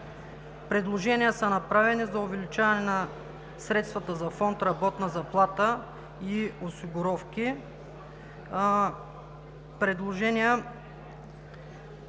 Предложения са направени за увеличаване на средствата за фонд „Работна заплата“ и осигуровки,